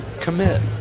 commit